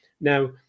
Now